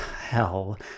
Hell